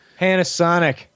panasonic